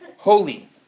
Holy